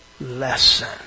lesson